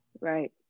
right